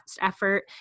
effort